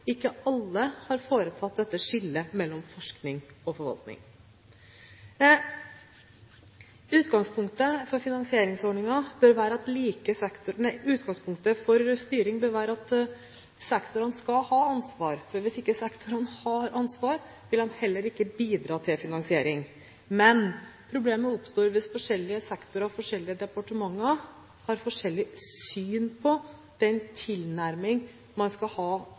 Ikke alle har foretatt dette skillet mellom forskning og forvaltning. Utgangspunktet for styring bør være at sektorene skal ha ansvar. Hvis ikke sektorene har ansvar, vil de heller ikke bidra til finansiering. Men problemet oppstår hvis forskjellige sektorer og forskjellige departementer har forskjellig syn på den tilnærming man skal ha